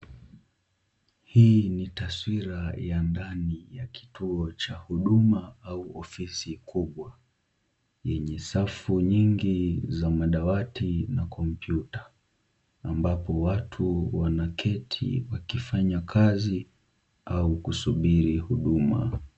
Hii ni taswira ya ndani ya kituo cha huduma au ofisi kubwa yenye safu nyingi za madawati na kompyuta, ambapo watu wanaketi wakifanya kazi au kusubiri huduma.